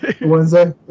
wednesday